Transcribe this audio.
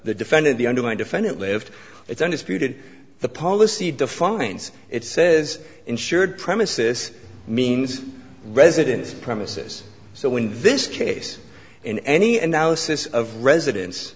the defendant the underlying defendant lived it's undisputed the policy defines it says insured premises means residence premises so when this case in any analysis of residence